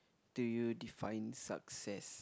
do you define success